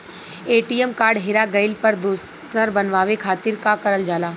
ATM card हेरा गइल पर दोसर बनवावे खातिर का करल जाला?